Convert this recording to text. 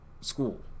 school